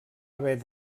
haver